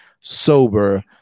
sober